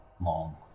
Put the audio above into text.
long